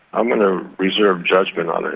i'm going to reserve judgement on it.